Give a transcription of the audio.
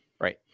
Right